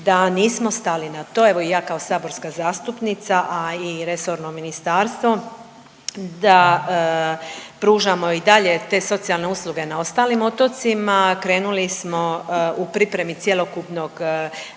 da nismo stali na to, evo i ja kao saborska zastupnica, a i resorno ministarstvo da pružamo i dalje te socijalne usluge na ostalim otocima. Krenuli smo u pripremi cjelokupnog plana